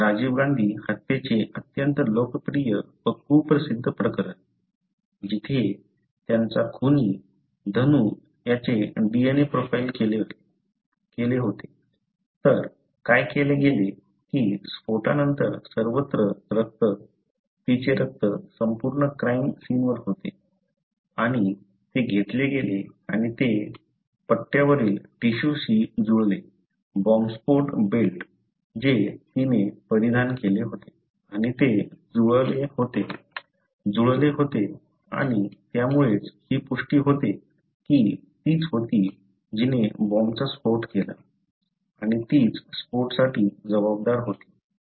राजीव गांधी हत्येचे अत्यंत लोकप्रिय व कुप्रसिद्ध प्रकरण जिथे त्यांचा खुनी धनू याचे DNA प्रोफाईल केले होते तर काय केले गेले की स्फोटानंतर सर्वत्र रक्त तिचे रक्त संपूर्ण क्राईम सीनवर होते आणि ते घेतले गेले आणि ते पट्ट्यावरील टिश्यूशी जुळले बॉम्बस्फोट बेल्ट जे तिने परिधान केले होते आणि ते जुळवले होते आणि त्यामुळेच हे पुष्टी होते की तीच होती जिने बॉम्बचा स्फोट केला आणि तीच स्फोटासाठी जबाबदार होती